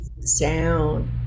sound